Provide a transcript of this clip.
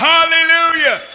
Hallelujah